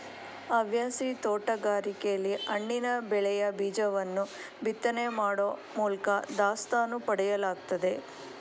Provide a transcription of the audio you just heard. ಹವ್ಯಾಸಿ ತೋಟಗಾರಿಕೆಲಿ ಹಣ್ಣಿನ ಬೆಳೆಯ ಬೀಜವನ್ನು ಬಿತ್ತನೆ ಮಾಡೋ ಮೂಲ್ಕ ದಾಸ್ತಾನು ಪಡೆಯಲಾಗ್ತದೆ